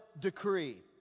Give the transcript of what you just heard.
decree